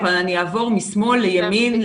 אבל אני אעבור משמאל לימין,